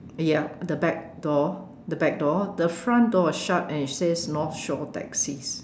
yup the back door the back door the front door is shut and it says North Shore taxis